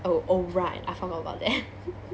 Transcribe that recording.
oh oh right I forgot about that